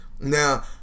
Now